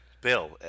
Bill